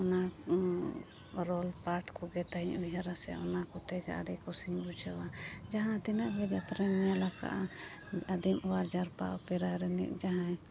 ᱚᱱᱟ ᱨᱳᱞ ᱯᱟᱴ ᱠᱚᱜᱮ ᱛᱟᱧ ᱩᱭᱦᱟᱹᱨᱟ ᱥᱮ ᱚᱱᱟᱠᱚᱛᱮ ᱜᱮ ᱟᱹᱰᱤ ᱠᱩᱥᱤᱧ ᱵᱩᱡᱷᱟᱹᱣᱟ ᱡᱟᱦᱟᱸ ᱛᱤᱱᱟᱹᱜ ᱜᱮ ᱡᱟᱛᱨᱟᱧ ᱧᱮᱞ ᱟᱠᱟᱫᱼᱟ ᱟᱫᱤᱢ ᱚᱣᱟᱨ ᱡᱟᱨᱯᱟ ᱚᱯᱮᱨᱟ ᱨᱤᱱᱤᱡ ᱡᱟᱦᱟᱸᱭ